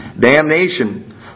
damnation